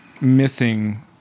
missing